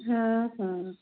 हां हां